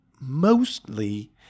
mostly